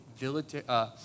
military